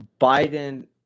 Biden